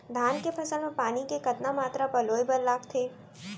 धान के फसल म पानी के कतना मात्रा पलोय बर लागथे?